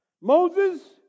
Moses